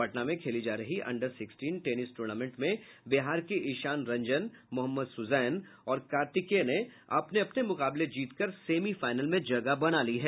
पटना में खेली जा रही अन्डर सिक्सटीन टेनिस टूर्नामेंट में बिहार के इशान रंजन मोहम्मद सुजैन और कार्तिकेय ने अपने अपने मुकाबले जीत कर सेमीफाइनल में जगह बना ली है